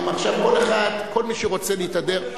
עכשיו, כל מי שרוצה להתהדר, אני